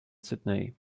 sydney